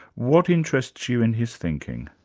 what interests you in his thinking?